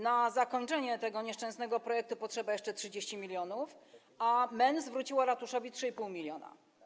Na zakończenie tego nieszczęsnego projektu potrzeba jeszcze 30 mln, a MEN zwróciło ratuszowi 3,5 mln.